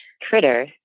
critter